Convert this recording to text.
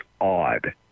odd